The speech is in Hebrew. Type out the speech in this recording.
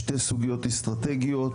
שתי סוגיות אסטרטגיות,